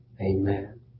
Amen